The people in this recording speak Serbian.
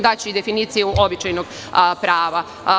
Daću i definiciju običajnog prava.